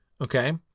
okay